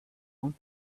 one